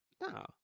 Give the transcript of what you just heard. No